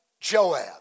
Joab